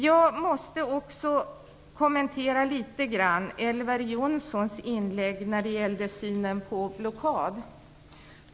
Jag måste också kommentera litet grand Elver Jonssons inlägg om synen på blockad.